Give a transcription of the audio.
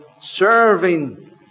serving